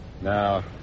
Now